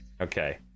Okay